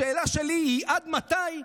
השאלה שלי היא עד מתי,